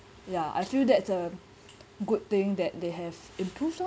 ya I feel that's a good thing that they have improved lor